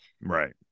right